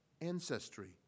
ancestry